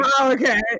okay